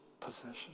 possession